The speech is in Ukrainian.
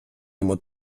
йому